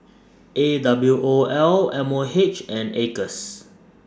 A W O L M O H and Acres